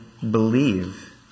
believe